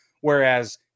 Whereas